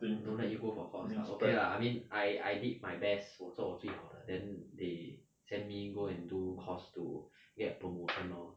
don't let you go for course ah okay lah I mean I I did my best 我做我最好的 then they send me go and do course to get promotion lor